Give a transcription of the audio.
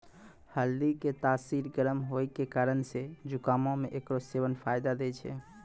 हल्दी के तासीर गरम होय के कारण से जुकामो मे एकरो सेबन फायदा दै छै